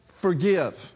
forgive